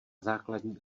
základní